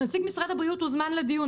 נציג משרד הבריאות הוזמן לדיון.